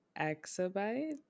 exabyte